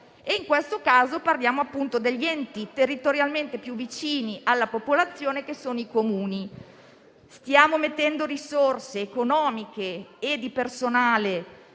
in questo caso parliamo degli enti territorialmente più vicini alla popolazione, che sono i Comuni. Stiamo mettendo risorse in termini economici e di personale